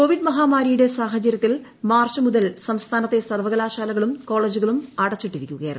Covid മഹാമാരിയുടെ സാഹചര്യത്തിൽ മാർച്ച് മുതൽ സംസ്ഥാനത്തെ സർവകലാശാലകളും കോളേജുകളും അടച്ചിട്ടിരിക്കുകയായിരുന്നു